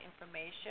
information